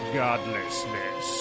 godlessness